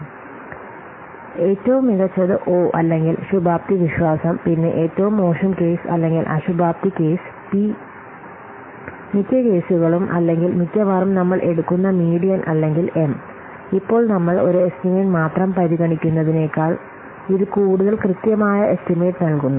അതിനാൽ ഏറ്റവും മികച്ചത് ഒ അല്ലെങ്കിൽ ശുഭാപ്തിവിശ്വാസം പിന്നെ ഏറ്റവും മോശം കേസ് അല്ലെങ്കിൽ അശുഭാപ്തി കേസ് പി മിക്ക കേസുകളും അല്ലെങ്കിൽ മിക്കവാറും നമ്മൾ എടുക്കുന്ന മീഡിയൻ അല്ലെങ്കിൽ എം ഇപ്പോൾ നമ്മൾ ഒരു എസ്റ്റിമേറ്റ് മാത്രം പരിഗണിക്കുന്നതിനെകാൾ ഇത് കൂടുതൽ കൃത്യമായ എസ്റ്റിമേറ്റ് നൽകുന്നു